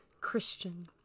Christian